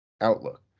outlook